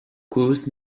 cause